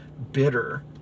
bitter